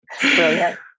Brilliant